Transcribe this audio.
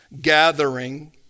gathering